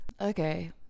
Okay